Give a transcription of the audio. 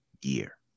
year